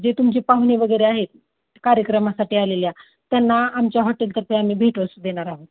जे तुमची पाहुणे वगैरे आहेत कार्यक्रमासाठी आलेल्या त्यांना आमच्या हॉटेलतर्फे ते आम्ही भेटवस्तू देणार आहोत